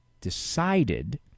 decided